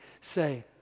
say